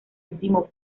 último